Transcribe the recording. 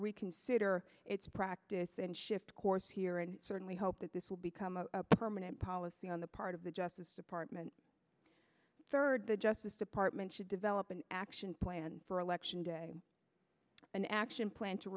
reconsider its practice and shift course here and certainly hope that this will become a permanent policy on the part of the justice department third the justice department should divel up an action plan for election day an action plan to